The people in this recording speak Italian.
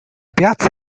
piazza